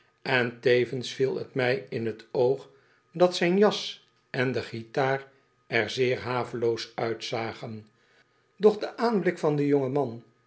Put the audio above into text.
en tevens viel t mij in t oog dat zijn jas on de guitaar er zeer haveloos uitzagen doch de aanblik van den jongen man